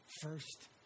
first